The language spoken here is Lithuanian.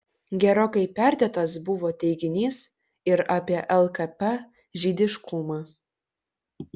gerokai perdėtas buvo teiginys ir apie lkp žydiškumą